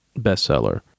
bestseller